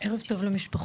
ערב טוב למשפחות,